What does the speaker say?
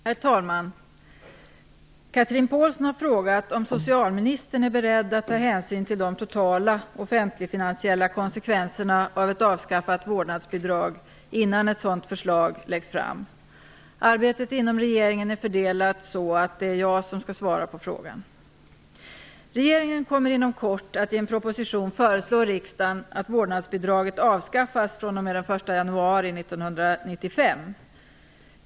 Herr talman! Chatrine Pålsson har frågat om socialministern är beredd att ta hänsyn till de totala offentligfinansiella konsekvenserna av ett avskaffat vårdnadsbidrag innan ett sådant förslag läggs fram. Arbetet inom regeringen är så fördelat att det är jag som skall svara på frågan. Regeringen kommer inom kort att i en proposition föreslå riksdagen att vårdnadsbidraget avskaffas fr.o.m. den 1 januari 1995.